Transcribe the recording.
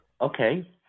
okay